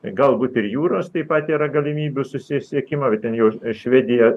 tai galbūt ir jūros taip pat yra galimybių susisiekimą bet ten jau švedija